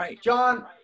John